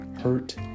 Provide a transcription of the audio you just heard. hurt